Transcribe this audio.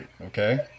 okay